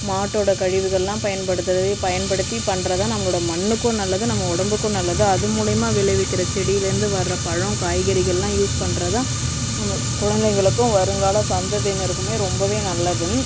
மாட்டோடய கழிவுகள்லாம் பயன்படுத்துகிறது பயன்படுத்தி பண்ணுற தான் நம்மளோடய மண்ணுக்கும் நல்லது நம்ம உடம்புக்கும் நல்லது அது மூலியமாக விளைவிக்கிற செடிலேருந்து வர பழம் காய்கறிகள்லாம் யூஸ் பண்ணுற தான் நம்மளோடய குழந்தைங்களுக்கும் வருங்கால சந்ததியினருக்குமே ரொம்பவே நல்லது